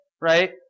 right